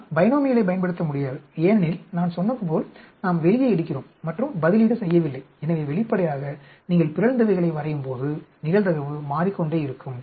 நாம் பைனோமியலைப் பயன்படுத்த முடியாது ஏனெனில் நான் சொன்னது போல் நாம் வெளியே எடுக்கிறோம் மற்றும் பதிலீடு செய்யவில்லை எனவே வெளிப்படையாக நீங்கள் பிறழ்ந்தவைகளை வரையும்போது நிகழ்தகவு மாறிக்கொண்டே இருக்கும்